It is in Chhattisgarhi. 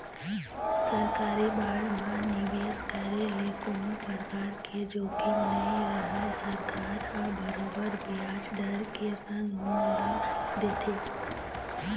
सरकारी बांड म निवेस करे ले कोनो परकार के जोखिम नइ रहय सरकार ह बरोबर बियाज दर के संग मूल ल देथे